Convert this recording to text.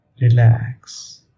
relax